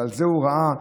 על זה הוא ראה,